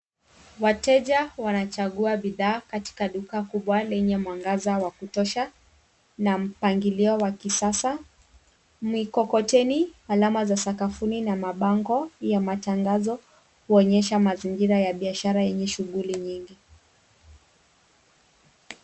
Wateja wanachagua bidhaa katika duka kubwa lenye mwangaza wa kutosha na mpangilio wa kisasa. Mikokoteni, alama za sakafuni na mabango ya matangazo huonyesha mazingira ya biashara yenye shughuli nyingi.